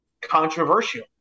controversial